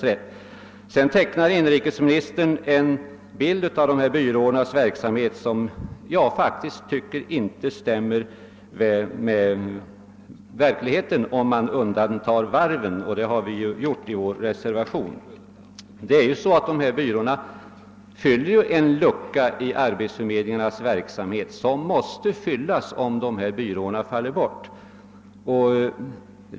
Sedan tecknade inrikesministern en bild av de ambulerande skrivbyråernas verksamhet som jag inte tycker stämmer med verkligheten — om man undantar varven, vilket vi har gjort i vår reservation. Dessa byråer fyller ju en lucka i arbetsförmedlingarnas verksamhet, vilken måste ersättas med något annat, om de failer bort.